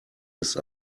ist